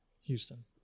Houston